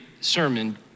sermon